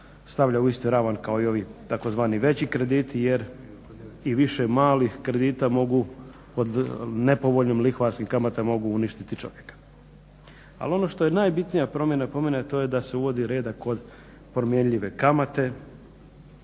stavlja u isti ravan kao i ovi tzv. veći krediti jer i više malih kredita mogu pod nepovoljnim lihvarskim kamatama mogu uništiti čovjeka. Ali on što je najbitnija promjena, promjena je da se uvodi reda kod promjenjive kamate.